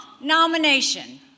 nomination